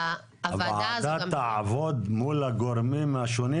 הוועדה תעבוד מול הגורמים השונים